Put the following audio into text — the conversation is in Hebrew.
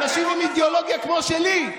אנשים עם אידיאולוגיה כמו שלי,